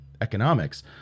economics